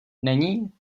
není